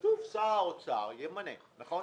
כתוב "שר האוצר ימנה", נכון?